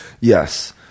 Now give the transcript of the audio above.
Yes